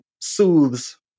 soothes